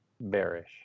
bearish